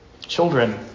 Children